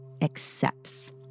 accepts